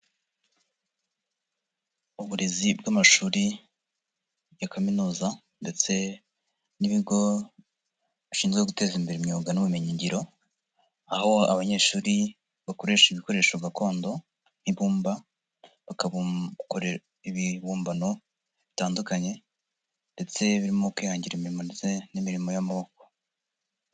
Uburezi bw'amashuri ya kaminuza, ndetse n'ibigo bishinzwe guteza imbere imyuga n'ubumenyingiro, aho abanyeshuri bakoresha ibikoresho gakondo nk'ibumba, bakabukorera ibihimbano bitandukanye, ndetse birimo kwihangira imirimo ndetse n'imirimo y'amaboko.